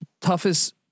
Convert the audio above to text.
toughest